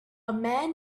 man